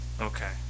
Okay